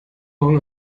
morgen